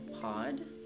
pod